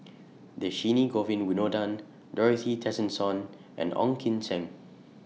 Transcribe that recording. Dhershini Govin Winodan Dorothy Tessensohn and Ong Kim Seng